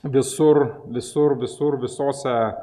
visur visur visur visose